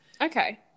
Okay